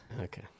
Okay